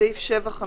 בסעיף 13 (ג),